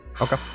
Okay